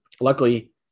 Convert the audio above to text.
luckily